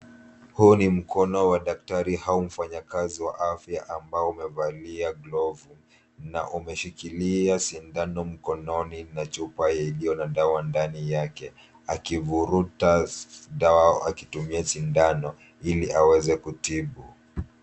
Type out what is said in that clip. Huu ni mkono wa daktari au mfanyakazi wa afya ambao umevalia glovu na umeshikilia sindano mkononi na chupa iliyo na dawa ndani yake, akivuruta dawa akitumia sindano ili aweze kutibu.